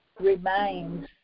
remains